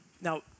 Now